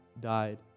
died